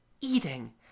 eating